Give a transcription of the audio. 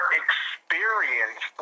experience